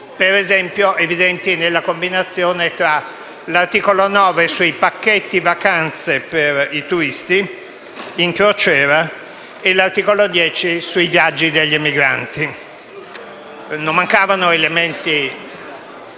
ad esempio nella combinazione tra l'articolo 9, sui pacchetti vacanze per i turisti in crociera, e l'articolo 10 sui viaggi degli emigranti. Non mancavano - ripeto